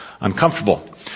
uncomfortable